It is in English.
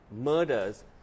murders